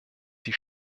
die